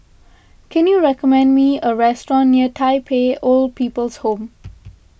can you recommend me a restaurant near Tai Pei Old People's Home